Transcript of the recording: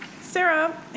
Sarah